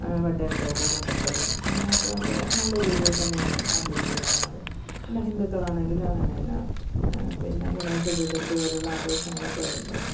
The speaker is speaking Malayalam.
വട്ടയപ്പവൊക്കെ കൊണ്ടുത്തരും അങ്ങനെയൊക്കെ അവർ നല്ല രീതിയിൽ തന്നെയാണ് ആചരിച്ചു പോകുന്നത് പിന്നെ ഹിന്ദുക്കളാണെങ്കിലും അങ്ങനെ തന്നെ പിന്നെ ഗണേഷ ചതുർത്ഥിപോലുള്ള ആഘോഷങ്ങളൊക്കെ വരുമ്പോൾ